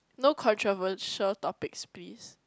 no controversial topics please